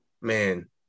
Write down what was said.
man